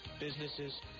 businesses